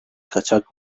kaçak